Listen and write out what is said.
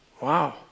Wow